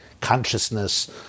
consciousness